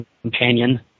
Companion